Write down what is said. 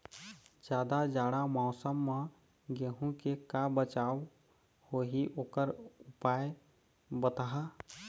जादा जाड़ा मौसम म गेहूं के का बचाव होही ओकर उपाय बताहा?